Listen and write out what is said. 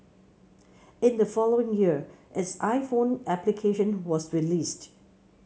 in the following year its iPhone application was released